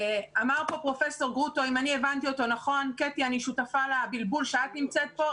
קטי, אני שותפה לבלבול שאת נמצאת בו.